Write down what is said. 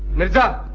mirza,